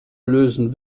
lösen